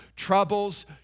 Troubles